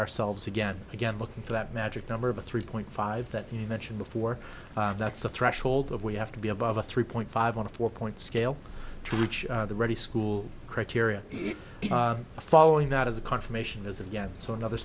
ourselves again again looking for that magic number of a three point five that you mentioned before that's a threshold of we have to be above a three point five on a four point scale to reach the ready school criteria following that as a confirmation is again so another